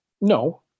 No